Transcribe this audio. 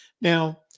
Now